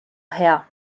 hea